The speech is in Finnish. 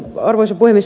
arvoisa puhemies